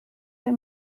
wir